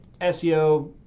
SEO